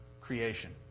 creation